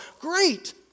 Great